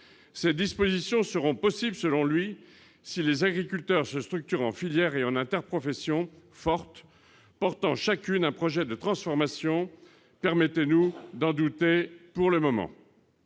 ces dispositions seront possibles, selon lui, si les agriculteurs se structure en filière et on forte portant chacune un projet de transformation, permettez-nous d'en douter, pour le moment,